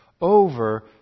over